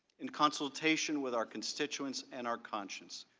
in consultation with our constituents and our conscience.